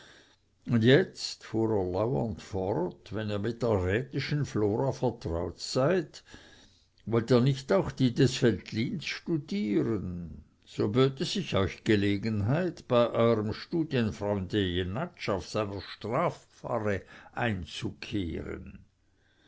und jetzt fuhr er lauernd fort wenn ihr mit der rätischen flora vertraut seid wollt ihr nicht auch die des veltlins studieren so böte sich euch gelegen heit bei euerm studienfreunde jenatsch auf seiner strafpfarre einzukehren